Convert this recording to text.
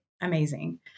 amazing